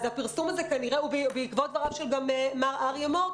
אז הפרסום הזה הוא כנראה בעקבות דבריו של אריה מור,